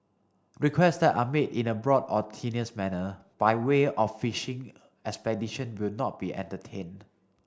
requests that are made in a broad or tenuous manner by way of a fishing expedition will not be entertained